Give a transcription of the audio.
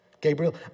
Gabriel